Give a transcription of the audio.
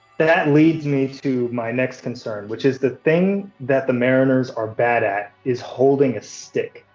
that leads me to my next concern which is the thing that the mariners are bad at is holding a stick,